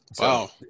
Wow